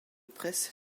presse